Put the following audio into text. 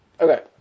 okay